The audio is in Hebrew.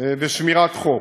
ושמירת חוק.